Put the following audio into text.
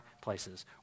places